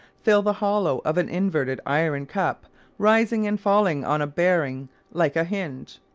fill the hollow of an inverted iron cup rising and falling on a bearing like a hinge.